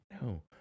no